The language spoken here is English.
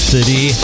City